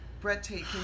breathtaking